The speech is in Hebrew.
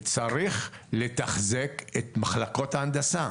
צריך לתחזק את מחלקות ההנדסה.